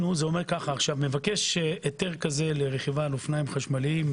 מבקש היתר כזה לרכיבה על אופניים חשמליים,